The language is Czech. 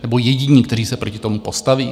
Nebo jediní, kteří se proti tomu postaví?